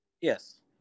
Yes